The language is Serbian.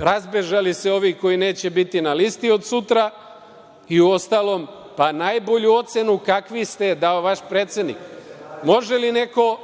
razbežali se ovi koji neće biti na listi od sutra i uostalom, pa, najbolju ocenu kakvi ste je dao vaš predsednik. Može li neko